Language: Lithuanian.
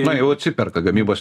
jau atsiperka gamybos